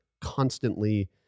constantly